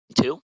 Two